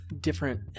different